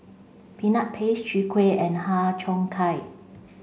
peanut paste Chwee Kueh and Har Cheong Gai